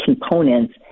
components